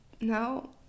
No